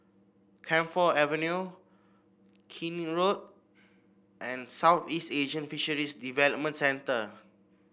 Camphor Avenue Keene Road and Southeast Asian Fisheries Development Centre